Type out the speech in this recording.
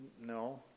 no